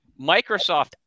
Microsoft